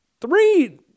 three